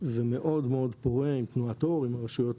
ומאוד-מאוד פורה עם תנועת אור ועם הרשויות